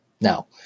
Now